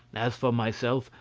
as for myself,